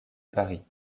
paris